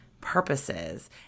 purposes